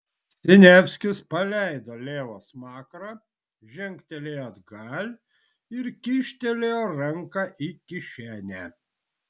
siniavskis paleido levo smakrą žengtelėjo atgal ir kyštelėjo ranką į kišenę